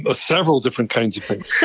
ah several different kinds of things.